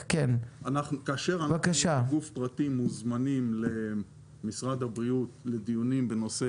כאשר אנחנו כגוף פרטי מוזמנים למשרד הבריאות לדיונים בנושא